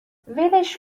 ولش